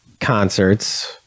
concerts